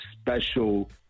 special